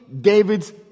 David's